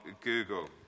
Google